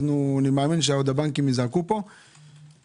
אני מאמין שהבנקים עוד יזעקו פה ואנחנו